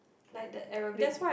like the arabic